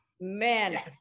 man